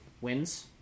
wins